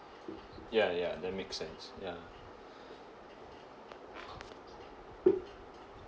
ya ya that makes sense ya